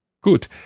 Gut